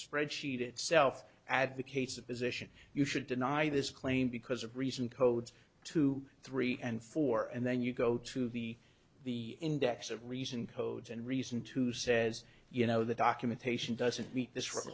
spreadsheet itself advocates a position you should deny this claim because of reason codes two three and four and then you go to the the index of reason codes and reason to says you know the documentation doesn't meet